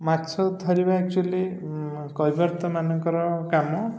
ମାଛ ଧରିବା ଆକ୍ଚୁଆଲି କୈବର୍ତ୍ତ୍ୟ ମାନଙ୍କର କାମ